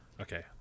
Okay